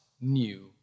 new